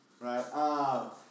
right